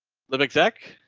live exec.